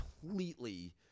completely